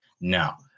Now